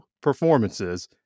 performances